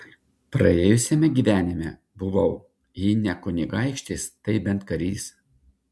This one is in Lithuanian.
praėjusiame gyvenime buvau jei ne kunigaikštis tai bent karys